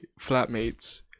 flatmates